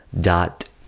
.dot